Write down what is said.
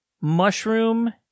Mushroom